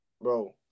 Bro